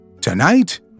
Tonight